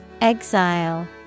Exile